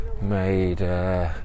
made